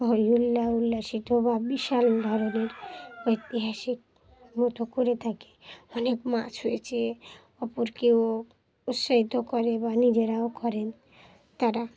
হই হুল্লোড় উল্লসিত বা বিশাল ধরনের ঐতিহাসিক মতো করে থাকে অনেক মাছ হয়েছে অপরকেও উৎসাহিত করে বা নিজেরাও করেন তারা